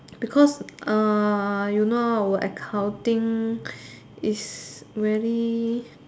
because err you know our accounting is very